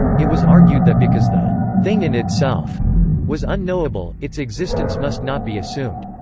it was argued that because the thing in itself was unknowable, its existence must not be assumed.